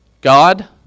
God